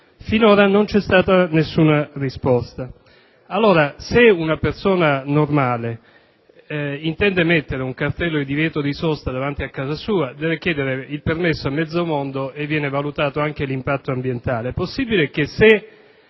finora non vi è stata nessuna risposta. Allora, se un cittadino qualsiasi intende affiggere un cartello di divieto di sosta davanti a casa sua deve chiedere il permesso a mezzo mondo e ne viene valutato anche l'impatto ambientale;